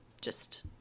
just-